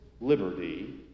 liberty